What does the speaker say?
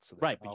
Right